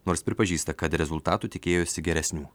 nors pripažįsta kad rezultatų tikėjosi geresnių